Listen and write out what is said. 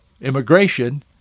immigration